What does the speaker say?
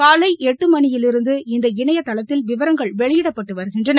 காலை எட்டு மணியிலிருந்து இந்த இணையதளத்தில் விவரங்கள் வெளியிடப்பட்டு வருகின்றன